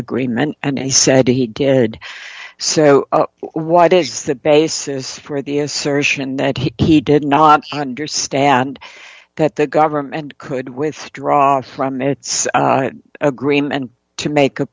agreement and he said he did so why does the basis for the assertion that he did not understand that the government could withdraw from its agreement to make a